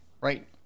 right